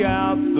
out